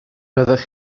byddech